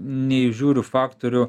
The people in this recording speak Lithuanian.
neįžiūriu faktorių